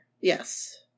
Yes